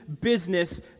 business